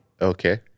Okay